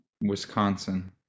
Wisconsin